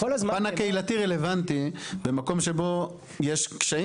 הפן הקהילתי רלוונטי במקום שבו יש קשיים